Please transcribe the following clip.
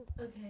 Okay